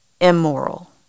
immoral